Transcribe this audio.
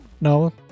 No